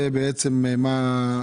מה זה?